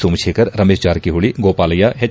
Somashekar Ramesh Jarkiholi Gopalaiah H